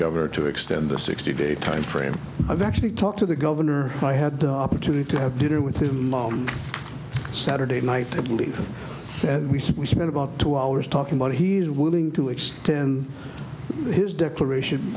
governor to extend the sixty day timeframe i've actually talked to the governor i had the opportunity to have dinner with him on saturday night to believe that we said we spent about two hours talking about he's willing to extend his declaration